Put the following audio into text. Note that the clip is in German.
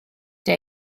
der